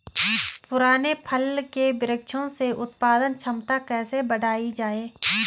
पुराने फल के वृक्षों से उत्पादन क्षमता कैसे बढ़ायी जाए?